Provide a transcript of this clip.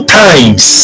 times